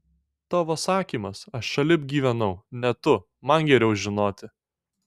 tavo sakymas aš šalip gyvenau ne tu man geriau žinoti